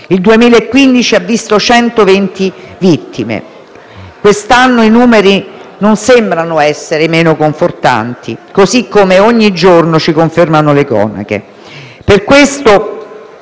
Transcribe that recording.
il 2015 ha visto 120 vittime. Quest'anno i numeri non sembrano essere meno confortanti, così come ogni giorno ci confermano le cronache.